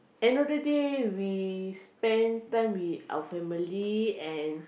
end of the day we spent time with our family and